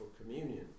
communion